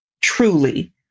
truly